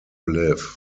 live